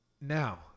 Now